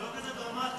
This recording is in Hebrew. זה לא כזה דרמטי,